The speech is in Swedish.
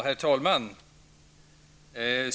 Herr talman!